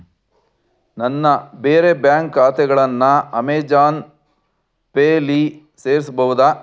ನನ್ನ ಬೇರೆ ಬ್ಯಾಂಕ್ ಖಾತೆಗಳನ್ನು ಅಮೇಜಾನ್ ಪೇಲಿ ಸೇರ್ಸ್ಬೌದಾ